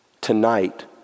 tonight